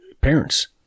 parents